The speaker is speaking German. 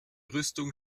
rüstung